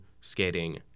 skating